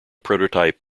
prototype